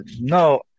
No